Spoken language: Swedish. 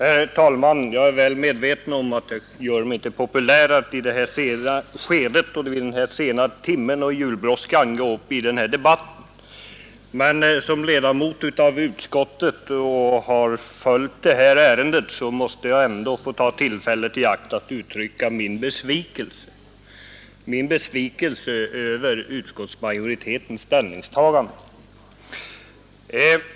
Herr talman! Jag är väl medveten om att det inte gör mig populär att vid detta skede och i denna sena timme i julbrådskan gå upp i denna debatt. Men som ledamot av utskottet, och eftersom jag har följt med detta ärende, måste jag ändå få ta detta tillfälle i akt att uttrycka min besvikelse över utskottsmajoritetens ställningstagande.